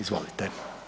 Izvolite.